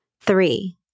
Three